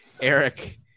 Eric